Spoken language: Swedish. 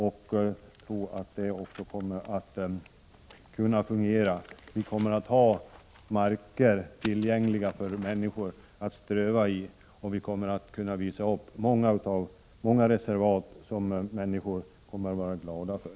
Det kommer att kunna fungera. Vi kommer att ha mark tillgänglig för människor att ströva i och vi kommer att kunna visa upp många reservat, som människor kommer att vara glada för.